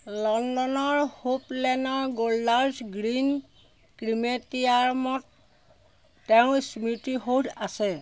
লণ্ডনৰ হুপ লেনৰ Golders Green ক্ৰিমেটিয়াৰমত তেওঁৰ স্মৃতিসৌধ আছে